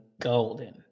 golden